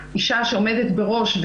אישה שעומדת בראש,